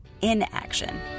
inaction